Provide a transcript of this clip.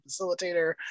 facilitator